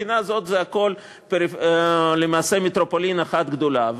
ומהבחינה הזאת הכול למעשה מטרופולין אחת גדולה.